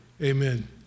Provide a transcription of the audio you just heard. Amen